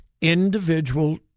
Individual